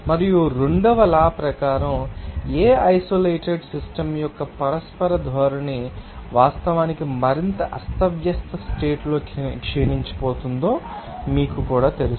మరియు రెండవ లా ప్రకారం ఏ ఐసోలేటెడ్ సిస్టమ్ యొక్క పరస్పర ధోరణి వాస్తవానికి మరింత అస్తవ్యస్త స్టేట్ లో క్షీణించిపోతుందో మీకు కూడా తెలుసు